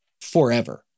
forever